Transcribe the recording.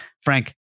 Frank